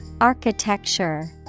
Architecture